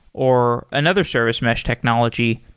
or another service match technology,